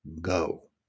go